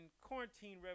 quarantine